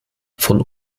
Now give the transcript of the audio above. von